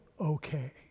okay